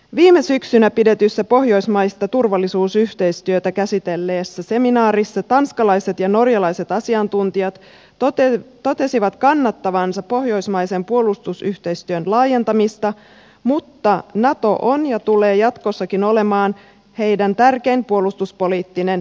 viime syksynä pidetyssä pohjoismaista turvallisuusyhteistyötä käsitelleessä seminaarissa tanskalaiset ja norjalaiset asiantuntijat totesivat kannattavansa pohjoismaisen puolustusyhteistyön laajentamista mutta nato on ja tulee jatkossakin olemaan heidän tärkein puolustuspoliittinen yhteistyökumppaninsa